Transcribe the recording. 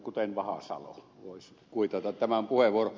kuten vahasalo voisi kuitata tämän puheenvuoron